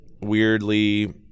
weirdly